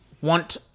want